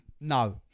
No